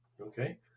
Okay